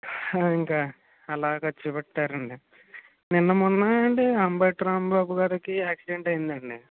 ఇంకా అలా ఖర్చుపెట్టారండీ నిన్న మొన్న అండీ అంబటి రాంబాబు గారికి యాక్సిడెంట్ అయ్యిందండీ